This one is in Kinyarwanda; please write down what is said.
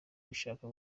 gushaka